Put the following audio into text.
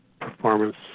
performance